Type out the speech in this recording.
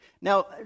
Now